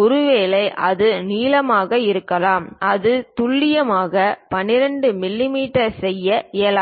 ஒருவேளை அது நீளமாக இருக்கலாம் அது துல்லியமாக 12 மிமீ செய்ய இயலாது